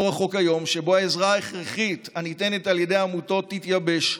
לא רחוק היום שבו העזרה הכרחית הניתנת על ידי עמותות תתייבש,